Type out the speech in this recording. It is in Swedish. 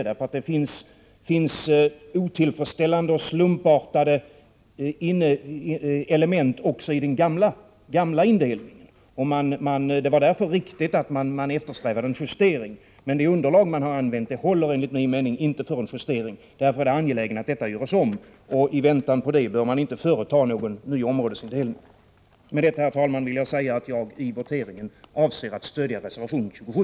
Det finns otillfredsställande och slumpartade element också i den gamla indelningen. Det var därför riktigt att man eftersträvade en justering, men det underlag man har använt håller enligt min mening inte för en justering. Därför är det angeläget att utredningen görs om. I väntan på det bör man inte företa någon ny områdesindelning. Med detta, herr talman, vill jag säga att jag i voteringen avser att stödja reservation 27.